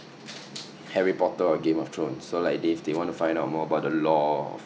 harry potter or game of thrones so like they they want to find out more about the lore